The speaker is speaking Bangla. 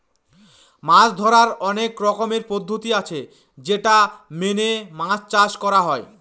মাছ ধরার অনেক রকমের পদ্ধতি আছে যেটা মেনে মাছ চাষ করা হয়